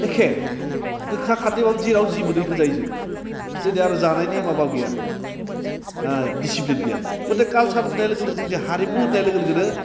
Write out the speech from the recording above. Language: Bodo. एखे गोखा खारदैबाबो जेराव जि मोनो बेखौनो जायो जों जोंना आरो जानायनि माबा गैया डिसिप्लिन गैया गथाय काल्सार होन्नाय लोगो लोगो जोंनि हारिमु होन्नाय लोगो लोगोनो